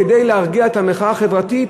כדי להרגיע את המחאה החברתית,